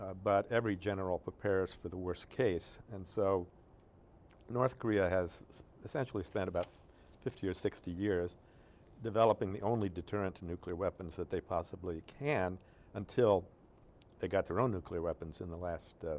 ah but every general prepares for the worst case and so north korea has essentially spent about fifty or sixty years developing the only deterrent to nuclear weapons that they possibly can until they got their own nuclear weapons in the last ah.